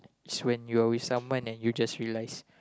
so when you're with someone and you just realise